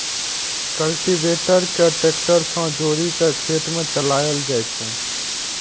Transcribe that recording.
cultivator कें tractor सं जोड़ि कें खेत मे चलाएल जाइ छै